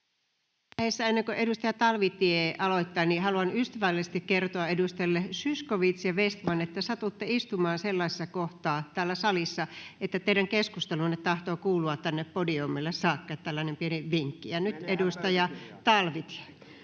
ennen kuin edustaja Talvitie aloittaa, haluan ystävällisesti kertoa edustajille Zyskowicz ja Vestman, että satutte istumaan sellaisessa kohtaa täällä salissa, että teidän keskustelunne tahtoo kuulua tänne podiumille saakka — tällainen pieni vinkki. [Ben Zyskowicz: